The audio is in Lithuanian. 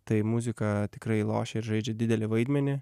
tai muzika tikrai lošia ir žaidžia didelį vaidmenį